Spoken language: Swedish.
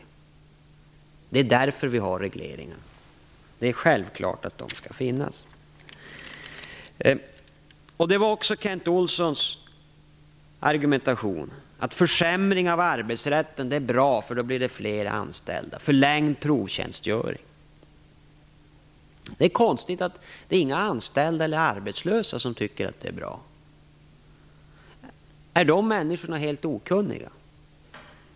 Det är därför vi har regleringar. Det är självklart att de skall finnas. Det var också Kent Olssons argumentation att försämringar av arbetsrätten, förlängd provtjänstgöring, är bra, för då blir det fler anställda. Det är konstigt att inga anställda eller arbetslösa tycker att det är bra. Är de människorna helt okunniga?